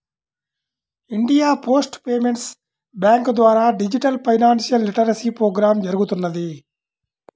India post payments bank ద్వారా digital financial literacy programme జరుగుతున్నది